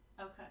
Okay